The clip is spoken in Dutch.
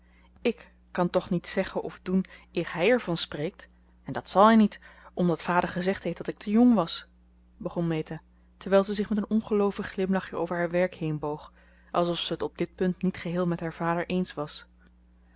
ik kan toch niets zeggen of doen eer hij er van spreekt en dat zal hij niet omdat vader gezegd heeft dat ik te jong was begon meta terwijl ze zich met een ongeloovig glimlachje over haar werk heenboog alsof ze het op dit punt niet geheel met haar vader eens was